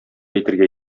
әйтергә